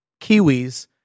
kiwis